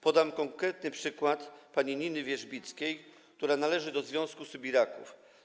Podam konkretny przykład pani Niny Wierzbickiej, która należy do Związku Sybiraków.